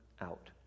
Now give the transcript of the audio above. out